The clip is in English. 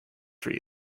for